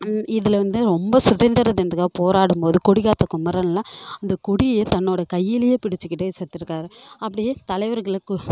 இதில் வந்து ரொம்ப சுதந்திர தினத்துக்காக போராடும் போது கொடி காத்த குமரனெலாம் அந்த கொடியை தன்னோடய கையிலையே பிடிச்சுக்கிட்டே செத்திருக்காரு அப்படியே தலைவர்களுக்கும்